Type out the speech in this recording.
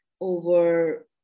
over